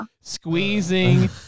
squeezing